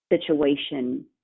situation